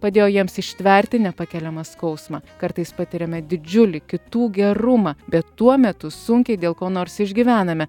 padėjo jiems ištverti nepakeliamą skausmą kartais patiriame didžiulį kitų gerumą bet tuo metu sunkiai dėl ko nors išgyvename